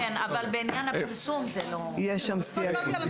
יש שם סייגים.